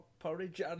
Porridge